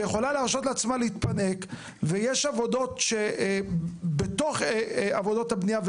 שיכולה להרשות לעצמה להתפנק ויש עבודות בתוך עבודות הבנייה,